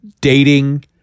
dating